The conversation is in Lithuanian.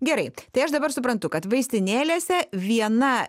gerai tai aš dabar suprantu kad vaistinėlėse viena